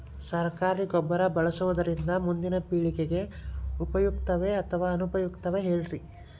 ಸರಕಾರಿ ಗೊಬ್ಬರ ಬಳಸುವುದರಿಂದ ಮುಂದಿನ ಪೇಳಿಗೆಗೆ ಉಪಯುಕ್ತವೇ ಅಥವಾ ಅನುಪಯುಕ್ತವೇ ಹೇಳಿರಿ